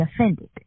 offended